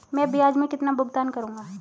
मैं ब्याज में कितना भुगतान करूंगा?